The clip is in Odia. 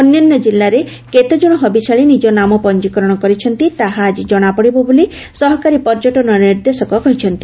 ଅନ୍ୟାନ୍ୟ ଜିଲ୍ଲାର କେତେ ଜଶ ହବିଷ୍ୟାଳି ନିଜ ନାମ ପଞ୍ଚୀକରଣ କରିଛନ୍ତି ତାହା ଆଜି ଜଶାପଡ଼ିବ ବୋଲି ସହକାରୀ ପର୍ଯ୍ୟଟନ ନିର୍ଦ୍ଦେଶକ କହିଛନ୍ତି